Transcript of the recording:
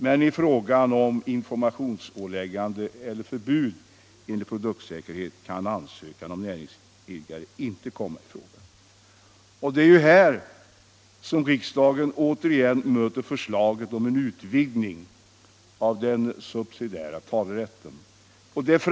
Vad beträffar informationsåläggande eller förbud mot skadliga produkter kan dock ansökan av näringsidkare inte komma i fråga. Det är här som riksdagen återigen möter förslaget om en utvidgning av den subsidiära talerätten.